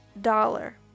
dollar